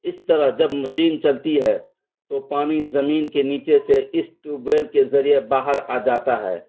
اس طرح جب مشین چلتی ہے تو پانی زمین کے نیچے سے اس ٹیوب ویل کے ذریعے باہر آ جاتا ہے